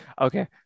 Okay